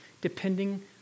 depending